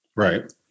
Right